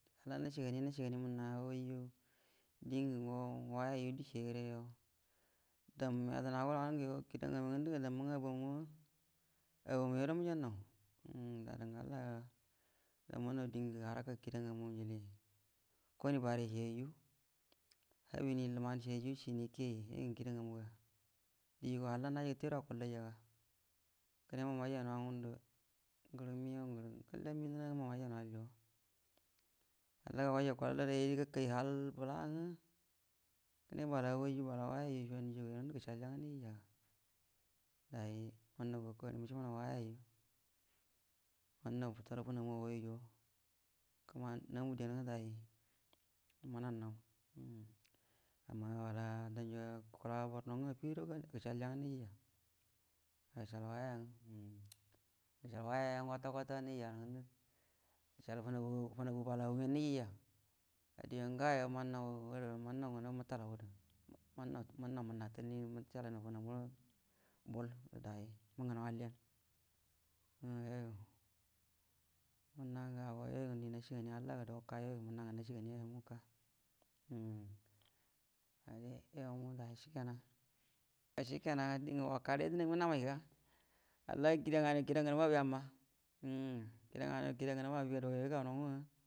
Halla naciegani nacie gani mənna auayyu diengə go waya ayyu die cieyay gərə yuo damunaw yedəna guəran wanəngə kida ngamu ngəngə abamu, auwagamu ya guəro məjannaw die gadangə hall yo damuman dərə haraka kida ngamu njilie konie barə cuie ayyu, hiebie ləman cieyyu, cienie kie, yai, yuoyingə kida ngamu ga, die go hall naji gəte guəro akuəllayya ga kəne mau majay nau ngundə gərə məgəaw gərə galle mhənnənaw yangə mau majay nawal yu, hall gau gajay gukualal aday guəro gakay hal bola ngwə kəne bala aurayyu bala waya’ayyoco ngə ŋəjagu yu rongəndu day mannaw kokari gərə məcəabunaw wayayyuu, mannau mətallau fənamu ay’ayyu kəmani namu dien ngwə day mənannaw um amma bala danji gukula borno mangwə afi guəro gəcəalja ngwə nəjija, gəcəal waya, ya ngwə, gəcəal waya, ya’ngwə kwata kwata nəjiya rə nganilu, gəcəal fənagu bala au’gyen nijiya, ga die yo ngawa mannaw gərə, mannaw ngənəbu gərə mətalau gərə, manna talnie gərə məcəallay naw fənamu rə bol ngərə day mhangə naw alliyen, um yuoyu mənna gə habar yayu ngə dəngə nacie ganie halla ga dou wuka youyu mənna gə nacie ganie mu wuka um’ yuoyu mu ga day ciekenan, day ciekenan ga day dəngal wukurə yədənamingwə namay ga hall kida nganu kida ngəbua’a abi amma um kida nganuyu kida ngənubu abi ga guguay go gu nau ngwə.